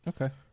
Okay